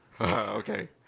Okay